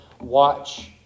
watch